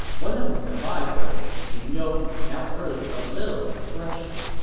one of his advisers, xun you, now urged a little discretion.